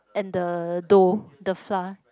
and the dough the flour